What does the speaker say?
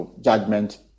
judgment